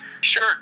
sure